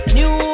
New